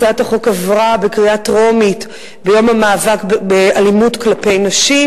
הצעת החוק עברה בקריאה טרומית ביום המאבק באלימות כלפי נשים,